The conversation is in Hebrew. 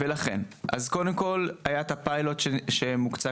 לכן קודם כל היה את הפיילוט שמוקצה